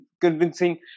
convincing